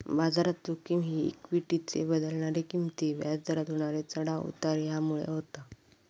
बाजारात जोखिम ही इक्वीटीचे बदलणारे किंमती, व्याज दरात होणारे चढाव उतार ह्यामुळे होता